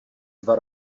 dva